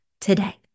today